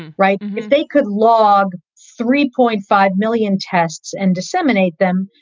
right. if they could log three point five million tests and disseminate them,